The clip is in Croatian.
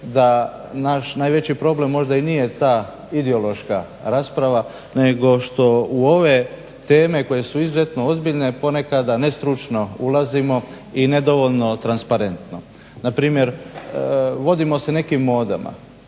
da naš najveći problem možda i nije ta ideološka rasprava nego što u ove teme koje su izuzetno ozbiljne ponekada nestručno ulazimo i nedovoljno transparentno. Na primjer, vodimo se nekim modama.